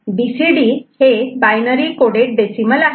BCD हे binary coded decimal आहे